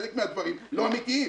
חלק מהדברים לא אמיתיים.